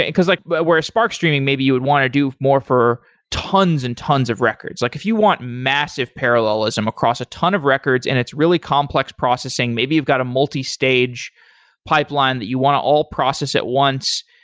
because like but where a spark streaming, maybe you would want to do more for tons and tons of records. like if you want massive parallelism across a ton of records and it's really complex processing, maybe you've got a multi-stage pipeline that you want to all process at once.